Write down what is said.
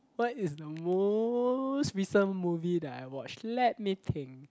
what is the most recent movie that I watch let me think